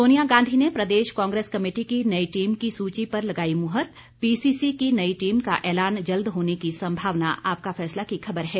सोनिया गांधी ने प्रदेश कांग्रेस कमेटी की नई टीम की सूची पर लगाई मुहर पीसीसी की नई टीम का ऐलान जल्द होने की सम्भावना आपका फैसला की खबर है